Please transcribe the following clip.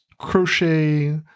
crochet